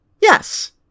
Yes